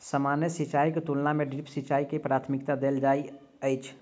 सामान्य सिंचाईक तुलना मे ड्रिप सिंचाई के प्राथमिकता देल जाइत अछि